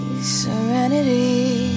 serenity